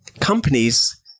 companies